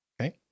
Okay